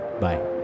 bye